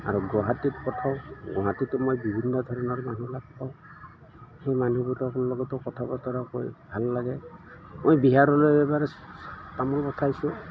আৰু গুৱাহাটীত পঠাওঁ গুৱাহাটীটো মই বিভিন্ন ধৰণৰ মানুহ লগ পাওঁ সেই মানুহবোৰৰ লগতো কথা বতৰা কৈ ভাল লাগে মই বিহাৰলৈ এবাৰ তামোল পঠাইছোঁ